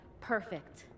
perfect